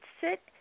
sit